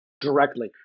directly